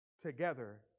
Together